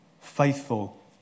faithful